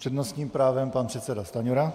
S přednostním právem pan předseda Stanjura.